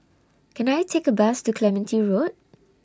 Can I Take A Bus to Clementi Road